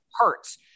hurts